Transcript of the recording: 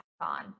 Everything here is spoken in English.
on